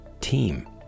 team